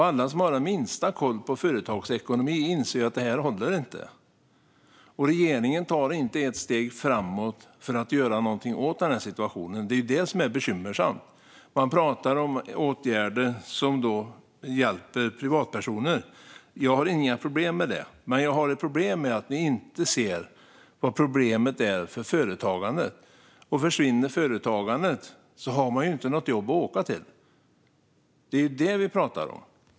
Alla som har minsta koll på företagsekonomi inser att detta inte håller. Regeringen tar inte ett enda steg framåt för att göra något åt situationen. Det är bekymmersamt. Man talar om åtgärder som hjälper privatpersoner. Det har jag inget problem med. Det har jag dock med att ni inte ser problemet för företagen. Och om företagen försvinner har folk inget jobb att åka till. Det är detta vi pratar om.